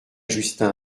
justin